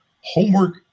Homework